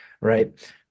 right